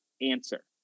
answer